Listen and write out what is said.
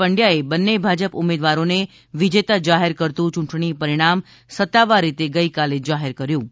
પંડ્યાએ બંને ભાજપ ઉમેદવારોને વિજેતા જાહેર કરતું ચૂંટણી પરિણામ સત્તાવાર રીતે ગઇકાલે જાહેર કર્યું હતું